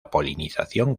polinización